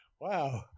Wow